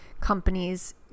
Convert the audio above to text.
companies